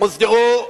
הוסדרו במלואם.